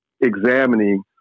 examining